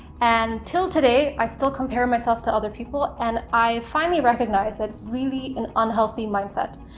and till today i still compare myself to other people, and i finally recognized that it's really an unhealthy mindset,